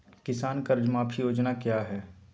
किसान कर्ज माफी योजना क्या है?